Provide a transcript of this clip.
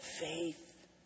faith